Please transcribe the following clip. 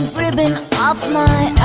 ribbon off my